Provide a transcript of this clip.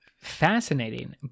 fascinating